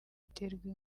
riterwa